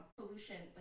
pollution